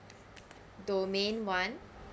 domain one